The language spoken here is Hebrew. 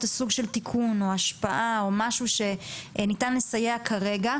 סוג של תיקון או השפעה או משהו שניתן לסייע כרגע,